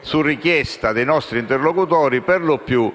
su richiesta dei nostri interlocutori, per lo più